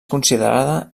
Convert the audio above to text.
considerada